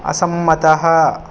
असम्मतः